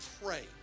pray